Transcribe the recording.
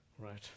right